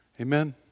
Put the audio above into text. Amen